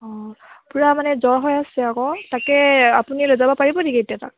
অ পুৰা মানে জ্বৰ হৈ আছে আকৌ তাকে আপুনি লৈ যাব পাৰিব নেকি এতিয়া তাক